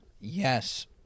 Yes